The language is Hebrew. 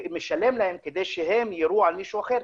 משלם להם כדי שהם יירו על מישהו אחר.